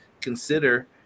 consider